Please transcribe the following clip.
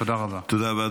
תודה רבה.